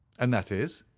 and that is?